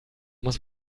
muss